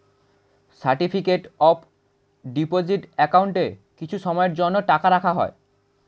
certificate of deposit অ্যাকাউন্টে কিছু সময়ের জন্য টাকা রাখা হয়